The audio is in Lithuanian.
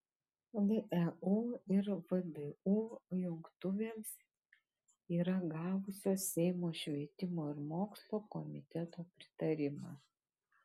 leu ir vdu jungtuvėms yra gavusios seimo švietimo ir mokslo komiteto pritarimą